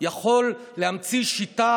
יכול להמציא שיטה